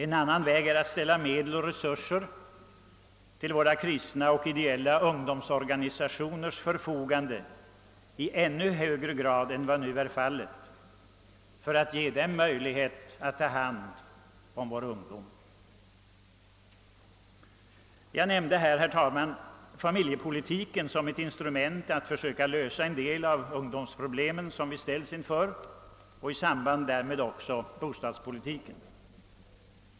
En annan väg är att ställa medel och resurser till våra kristna och ideella ungdomsorganisationers förfogande i ännu högre grad än vad som nu är fallet för att ge dem möjlighet att ta hand om vår ungdom. Jag nämnde, herr talman, familjepolitiken som ett instrument att försöka lösa en del av de ungdomsproblem som vi ställs inför, och i samband därmed nämnde jag också bostadspolitiken.